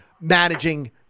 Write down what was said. managing